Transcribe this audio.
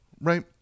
right